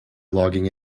logging